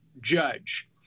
judge